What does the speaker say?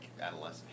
adolescent